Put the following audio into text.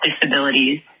disabilities